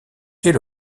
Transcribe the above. est